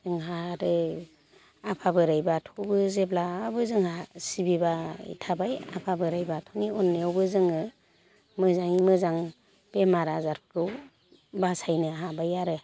जोंहा ओरै आफा बोराइ बाथौबो जेब्लाबो जोंहा सिबिबाय थाबाय आफा बोराइ बाथौनि अननायावबो जोङो मोजाङै मोजां बेमार आजारफोरखौ बासायनो हाबाय आरो